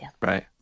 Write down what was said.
Right